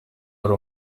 yari